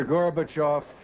Gorbachev